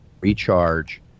recharge